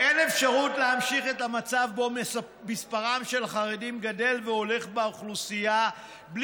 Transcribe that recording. אין אפשרות להמשיך את המצב שבו מספרם של החרדים באוכלוסייה גדל